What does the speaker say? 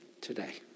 today